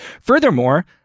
Furthermore